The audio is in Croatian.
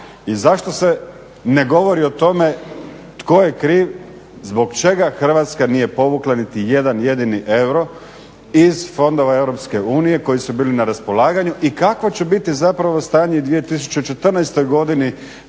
zašto se ne govori o tome tko je kriv zbog čega Hrvatska nije povukla niti jedan jedini euro iz fondova EU koji su bili na raspolaganju i kakvo će biti stanje 2014.godini